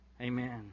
amen